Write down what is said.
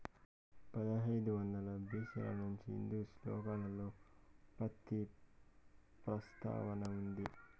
పదహైదు వందల బి.సి ల నుంచే హిందూ శ్లోకాలలో పత్తి ప్రస్తావన ఉంది